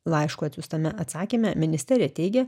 laišku atsiųstame atsakyme ministerija teigė